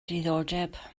diddordeb